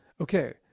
Okay